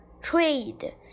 trade